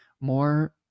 more